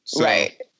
Right